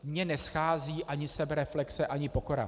Mně neschází ani sebereflexe ani pokora.